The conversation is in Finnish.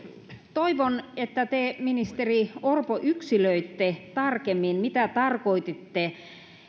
toivon että te ministeri orpo yksilöitte tarkemmin mitä tarkoititte